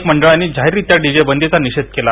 अनेक मंडळांनी जाहीररीत्या डीजे बदीचा निषेध केला